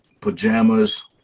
pajamas